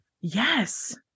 Yes